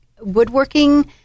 woodworking